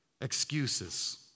excuses